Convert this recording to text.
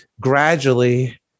gradually